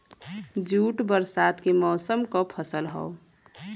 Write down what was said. jute बरसात के मौसम क फसल हौ